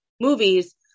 movies